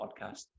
podcast